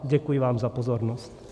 Děkuji vám za pozornost.